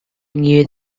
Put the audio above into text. knew